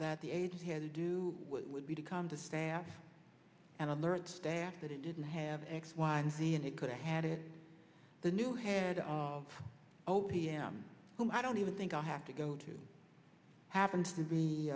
that the agency had to do would be to come to staff and alert staff that it didn't have x y and z and it could have had it the new head of o p m whom i don't even think i have to go to happens to be